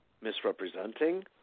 misrepresenting